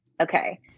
Okay